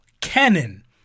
canon